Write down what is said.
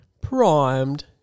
Primed